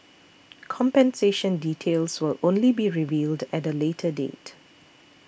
compensation details will only be revealed at a later date